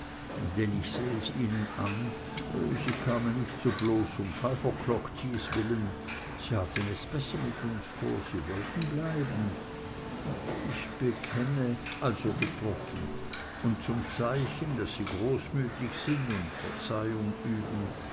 denn ich seh es ihnen an sie kamen nicht so bloß um five o'clock tea's willen sie hatten es besser mit uns vor sie wollten bleiben ich bekenne also getroffen und zum zeichen daß sie großmütig sind und verzeihung üben